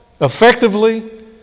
effectively